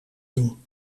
doen